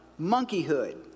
monkeyhood